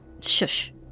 Shush